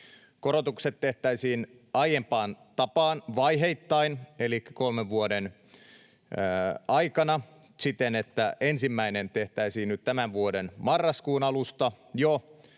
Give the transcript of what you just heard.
Korotukset tehtäisiin aiempaan tapaan vaiheittain, elikkä kolmen vuoden aikana siten, että ensimmäinen tehtäisiin nyt jo tämän vuoden marraskuun alusta ja